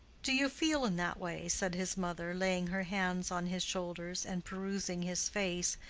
do you feel in that way? said his mother, laying her hands on his shoulders, and perusing his face,